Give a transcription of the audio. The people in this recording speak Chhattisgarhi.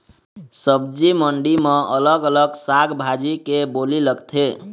सब्जी मंडी म अलग अलग साग भाजी के बोली लगथे